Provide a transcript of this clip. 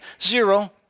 Zero